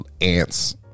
ants